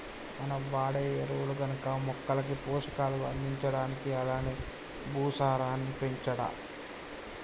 మనం వాడే ఎరువులు గనక మొక్కలకి పోషకాలు అందించడానికి అలానే భూసారాన్ని పెంచడా